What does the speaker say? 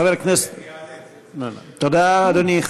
חבר הכנסת, תודה, אדוני.